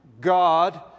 God